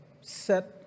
set